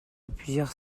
plusieurs